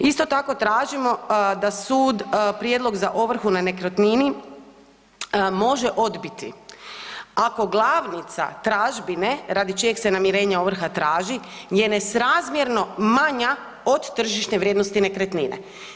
Isto tako tražimo da sud prijedlog za ovrhu na nekretnini može odbiti ako glavnica tražbine radi čijeg se namirenja ovrha traži je nesrazmjerno manja od tržišne vrijednosti nekretnine.